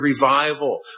revival